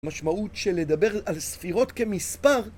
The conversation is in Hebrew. משמעות של לדבר על ספירות כמספר